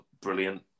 brilliant